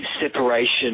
separation